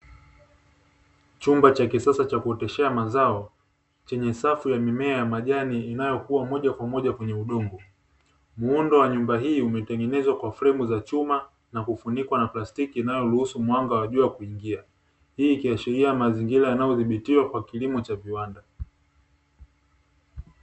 Chumba cha kisasa cha kuoteshea mazao, chenye safu ya mimea ya majani inayokua moja kwa moja kwenye udongo. Muundo wa nyumba hii umetengenezwa kwa fremu za chuma, na kufunikwa na plastiki inayoruhusu mwanga wa jua kuingia. Hii ikiashiria mazingira yanayodhibitiwa kwa kilimo cha viwanda.